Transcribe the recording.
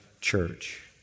church